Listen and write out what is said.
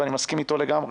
ואני מסכים איתו לגמרי,